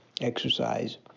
exercise